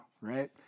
right